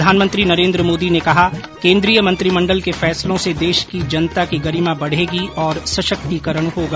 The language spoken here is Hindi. प्रधानमंत्री नरेन्द्र मोदी ने कहा केन्द्रीय मंत्रिमंडल के फैसलों से देश की जनता की गरिमा बढेगी और सशक्तिकरण होगा